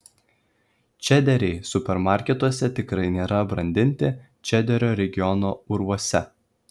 čederiai supermarketuose tikrai nėra brandinti čederio regiono urvuose